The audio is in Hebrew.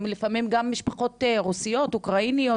הם לפעמים גם משפחות רוסיות או אוקראיניות,